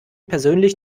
persönlich